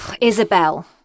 Isabel